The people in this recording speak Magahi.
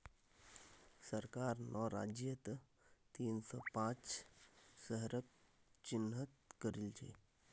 सरकार नौ राज्यत तीन सौ पांच शहरक चिह्नित करिल छे